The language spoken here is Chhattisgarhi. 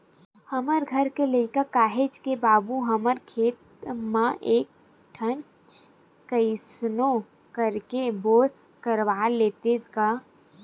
हमर घर के लइका किहिस के बाबू हमर खेत म एक ठन कइसनो करके बोर करवा लेतेन गा